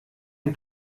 ein